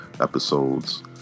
episodes